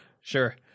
Sure